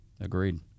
Agreed